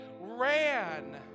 ran